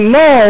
no